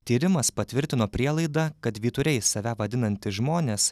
tyrimas patvirtino prielaidą kad vyturiais save vadinantys žmonės